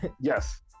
Yes